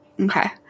Okay